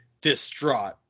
distraught